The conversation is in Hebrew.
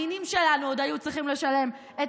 הנינים שלנו עוד היו צריכים לשלם את